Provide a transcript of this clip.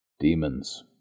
Demons